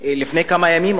לפני כמה ימים,